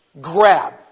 grab